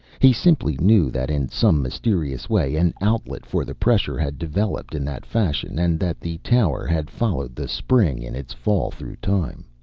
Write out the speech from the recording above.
he simply knew that in some mysterious way an outlet for the pressure had developed in that fashion, and that the tower had followed the spring in its fall through time.